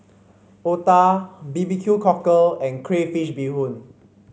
otah B B Q Cockle and Crayfish Beehoon